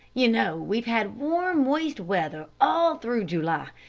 you know we've had warm, moist weather all through july,